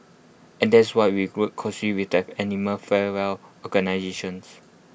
and that's why we work close with the animal fare well organisations